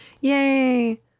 Yay